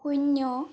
শূন্য